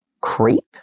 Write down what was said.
Creep